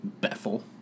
Bethel